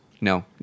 No